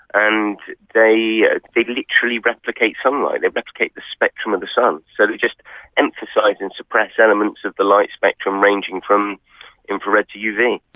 and they ah they literally replicate sunlight, they replicate the spectrum of the sun. so we just emphasise and suppress elements of the light spectrum, ranging from infrared to uv.